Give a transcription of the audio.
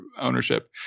ownership